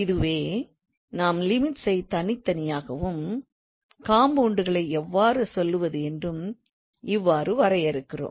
இதுவே நாம் லிமிட்ஸ் ஐ தனித்தனியாகவும் காம்ப்போனன்டுகளை எவ்வாறு சொல்வதென்றும் இவ்வாறு வரையறுக்கிறோம்